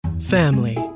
Family